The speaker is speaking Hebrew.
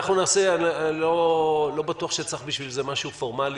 אני לא בטוח שצריך בשביל זה משהו פורמלי